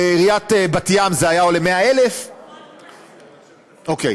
לעיריית בת ים זה היה עולה 100,000. אוקיי.